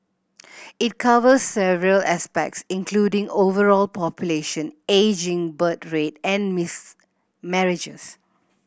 it covers several aspects including overall population ageing birth rate and miss marriages